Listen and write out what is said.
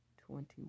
twenty